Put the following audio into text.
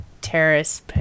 terrorists